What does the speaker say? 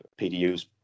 PDUs